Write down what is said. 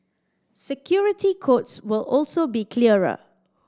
security codes will also be clearer